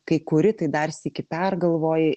kai kuri tai dar sykį pergalvoji